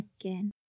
again